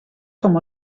com